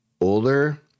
older